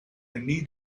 need